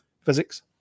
physics